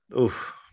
Oof